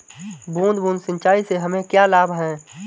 बूंद बूंद सिंचाई से हमें क्या लाभ है?